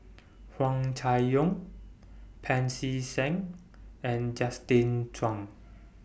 Huang Chai Yong Pancy Seng and Justin Zhuang